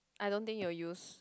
I don't think you will use